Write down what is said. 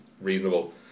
Reasonable